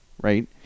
right